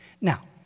now